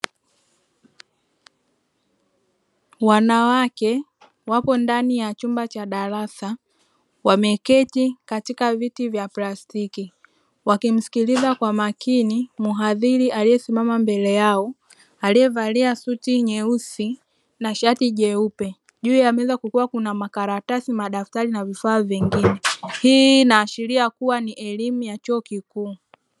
Wanawake wapo ndani ya chumba cha darasa wameketi katika viti vya plastiki wakimsikiliza kwa makini mhadhiri aliyesimama mbele yao aliyevalia suti nyeusi na shati jeupe. Juu ya meza kukiwa kuna makaratasi, madaftari na vifaa vingine. Hii inaashiria kuwa ni elimu ya chuo kikuu.